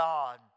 God